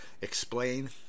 explain